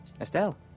Estelle